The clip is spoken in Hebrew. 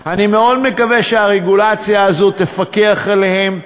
אני מאוד מקווה שהרגולציה הזאת תפקח עליהם.